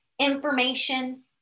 information